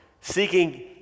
seeking